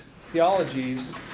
theologies